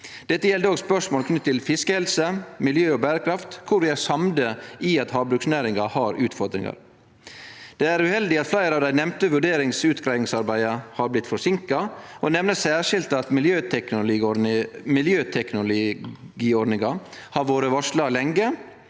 Dette gjeld òg spørsmål knytte til fiskehelse, miljø og berekraft, der vi er samde i at havbruksnæringa har utfordringar. Det er uheldig at fleire av dei nemnde vurderings- og utgreiingsarbeida har blitt forseinka. Eg nemner særskild at miljøteknologiordninga har vore varsla lenge,